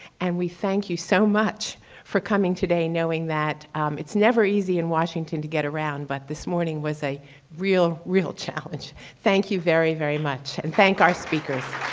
and we thank you so much for coming today knowing that it's never easy in washington to get around. but this morning was a real, real challenge. thank you very, very much and thank our speakers.